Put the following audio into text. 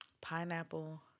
pineapple